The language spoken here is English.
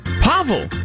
Pavel